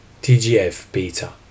TGF-beta